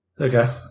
Okay